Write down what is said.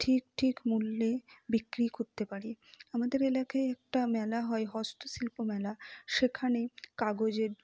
ঠিক ঠিক মূল্যে বিক্রি করতে পারে আমাদের এলাকায় একটা মেলা হয় হস্তশিল্প মেলা সেখানে কাগজের